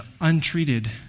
untreated